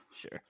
Sure